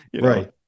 right